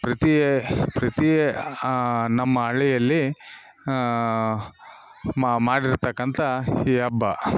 ಪ್ರತಿಯೇ ಪ್ರತಿಯೇ ನಮ್ಮ ಹಳ್ಳಿಯಲ್ಲಿ ಮಾಡಿರ್ತಕ್ಕಂಥ ಈ ಹಬ್ಬ